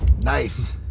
Nice